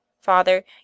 father